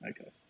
Okay